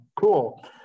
cool